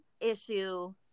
issue